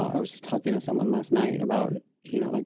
i was talking to someone last night about, you know, like,